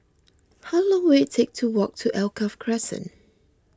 how long will it take to walk to Alkaff Crescent